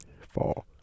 four